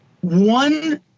one